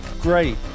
Great